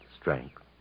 strength